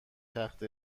تخت